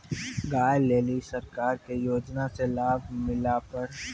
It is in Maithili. गाय ले ली सरकार के योजना से लाभ मिला पर?